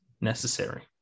necessary